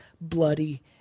bloody